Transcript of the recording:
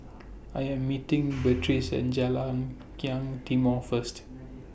I Am meeting Beatriz At Jalan Kilang Timor First